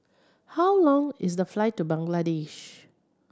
how long is the flight to Bangladesh